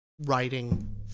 writing